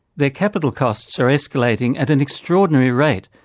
their capital costs are escalating at an extraordinary rate,